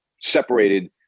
separated